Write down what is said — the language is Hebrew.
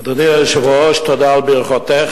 אדוני היושב-ראש, תודה על ברכותיך,